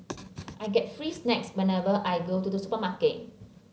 I get free snacks whenever I go to the supermarket